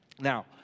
Now